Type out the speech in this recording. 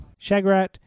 Shagrat